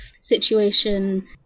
situation